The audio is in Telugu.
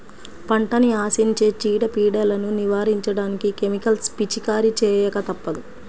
పంటని ఆశించే చీడ, పీడలను నివారించడానికి కెమికల్స్ పిచికారీ చేయక తప్పదు